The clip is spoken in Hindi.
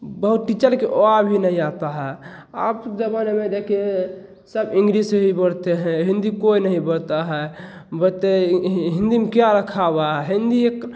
बहुत टीचर के ओ आ भी नहीं आता है आप ज़माने में देखिए सब इंग्रीस ही बोलते हैं हिंदी कोई नहीं बोलता है बोलते हैं हिंदी में क्या रखा हुआ है हिंदी एक